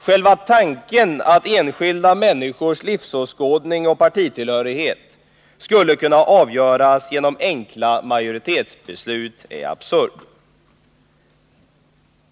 Själva tanken på att enskilda människors livsåskådning och partitillhörighet skulle kunna avgöras genom enkla majoritetsbeslut är absurd.